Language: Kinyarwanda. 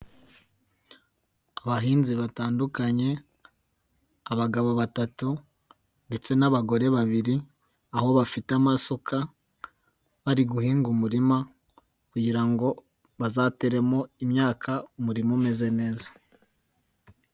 Abahinzi batandukanye abagabo batatu ndetse n'abagore babiri, aho bafite amasuka bari guhinga umurima kugira ngo bazateremo imyaka umurima umeze neza.